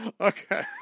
Okay